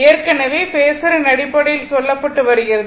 ஏற்கனவே பேஸரின் அடிப்படையில் சொல்லப்பட்டு இருக்கிறது